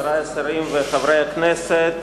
חברי השרים וחברי הכנסת,